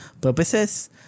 purposes